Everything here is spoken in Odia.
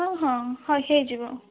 ହଁ ହଁ ହେଇଯିବ